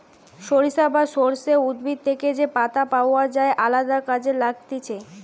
সরিষা বা সর্ষে উদ্ভিদ থেকে যে পাতা পাওয় যায় আলদা কাজে লাগতিছে